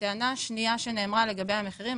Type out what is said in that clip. לגבי הטענה השנייה שנאמרה לגבי המחירים,